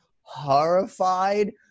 horrified